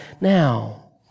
now